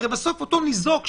הרי בסוף אותו ניזוק,